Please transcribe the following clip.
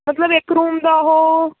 ਮਤਲਬ ਇੱਕ ਰੂਮ ਦਾ ਉਹ